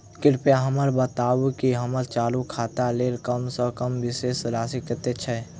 कृपया हमरा बताबू की हम्मर चालू खाता लेल कम सँ कम शेष राशि कतेक छै?